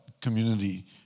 community